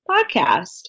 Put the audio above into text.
podcast